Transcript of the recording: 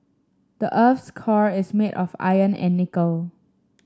the earth's core is made of iron and nickel